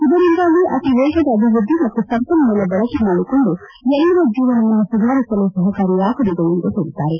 ಇದರಿಂದಾಗಿ ಅತೀವೇಗದ ಅಭಿವ್ಯಧ್ದಿ ಮತ್ತು ಸಂಪನ್ನೂಲ ಬಳಕೆ ಮಾಡಿಕೊಂಡು ಎಲ್ಲರ ಜೀವನವನ್ನು ಸುಧಾರಿಸಲು ಸಹಕಾರಿಯಾಗಲಿದೆ ಎಂದು ಹೇಳಿದ್ದಾರೆ